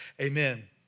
amen